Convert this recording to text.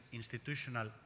institutional